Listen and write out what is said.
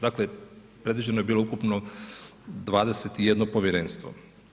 Dakle, predviđeno je bilo ukupno 21 povjerenstvo.